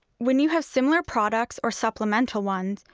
when you have similar products or supplemental ones,